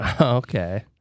okay